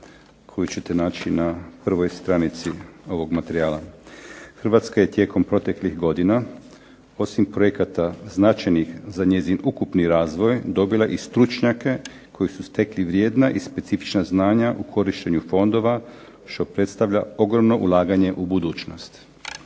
koju ćete naći na prvoj stranici ovog materijala. Hrvatska je tijekom proteklih godina osim projekata značajnih za njezin ukupni razvoj dobila i stručnjake koji su stekli vrijedna i specifična znanja u korištenju fondova što predstavlja ogromno ulaganje u budućnost.